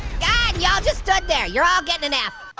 god, y'all just stood there, you're all getting an f.